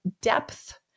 depth